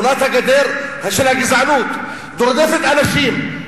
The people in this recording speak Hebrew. בונה גדר של גזענות ורודפת אנשים,